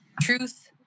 truth